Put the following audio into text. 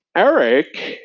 eric,